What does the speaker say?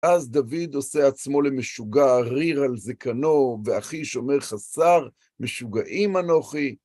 אז דוד עושה עצמו למשוגע, ריר על זקנו, ואחי שומר חסר, משוגעים אנוכי.